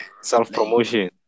Self-promotion